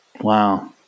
Wow